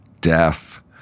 death